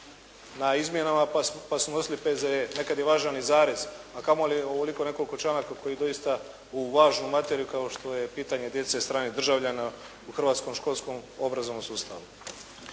na izmjenama pa smo donosili P.Z.E. Nekad je važan i zarez, a kamoli ovoliko nekoliko članaka koji doista ovu važnu materiju kao što je pitanje djece stranih državljana u hrvatskom školskom obrazovnom sustavu.